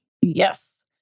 Yes